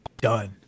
done